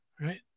Right